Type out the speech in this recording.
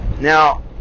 Now